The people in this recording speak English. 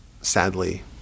sadly